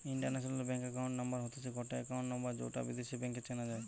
international bank account number হতিছে গটে account number যৌটা বিদেশী ব্যাংকে চেনা যাই